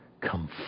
come